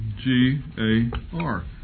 G-A-R